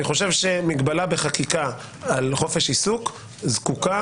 אני חושב שמגבלה בחקיקה על חופש עיסוק זקוקה,